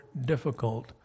difficult